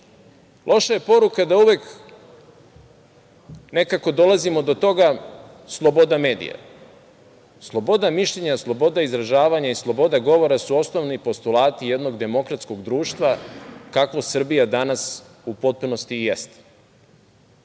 Loša je poruka da uvek nekako dolazimo do toga – sloboda medija. Sloboda mišljenja, sloboda izražavanja i sloboda govora su osnovni postulati jednog demokratskog društva, kakvo Srbija danas u potpunosti i jeste.